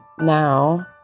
now